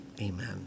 Amen